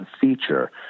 feature